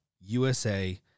USA